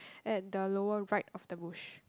at the lower right of the bush